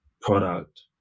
product